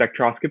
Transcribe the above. spectroscopy